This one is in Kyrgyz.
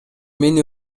мени